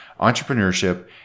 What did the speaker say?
entrepreneurship